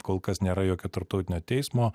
kol kas nėra jokio tarptautinio teismo